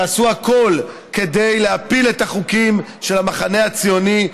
תעשו הכול כדי להפיל את החוקים של המחנה הציוני,